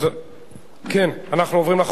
אני קובע שהצעת